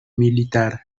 militar